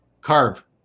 Carve